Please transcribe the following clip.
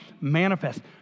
manifest